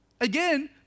Again